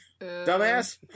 dumbass